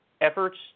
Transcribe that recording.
efforts